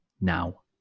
Now